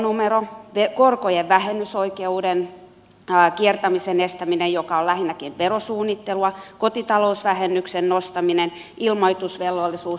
kuittipakko veronumero korkojen vähennysoikeuden kiertämisen estäminen joka on lähinnäkin verosuunnittelua kotitalousvähennyksen nostaminen ilmoitusvelvollisuus urakoista